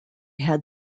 had